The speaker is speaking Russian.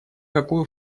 какую